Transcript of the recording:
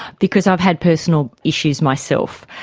because i've had personal issues myself.